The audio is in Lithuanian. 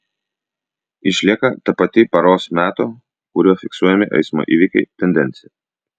išlieka ta pati paros meto kuriuo fiksuojami eismo įvykiai tendencija